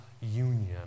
union